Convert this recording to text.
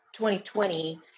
2020